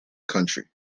country